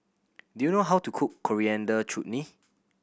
do you know how to cook Coriander Chutney